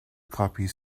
copies